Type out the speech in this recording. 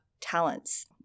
talents